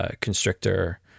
constrictor